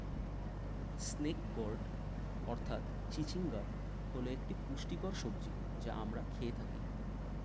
snake gourd অর্থাৎ চিচিঙ্গা হল একটি পুষ্টিকর সবজি যা আমরা খেয়ে থাকি